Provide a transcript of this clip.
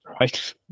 Right